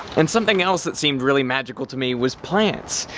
and something else that seemed really magical to me was plants.